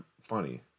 funny